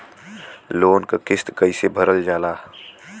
Loan क किस्त कैसे भरल जाए?